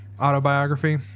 autobiography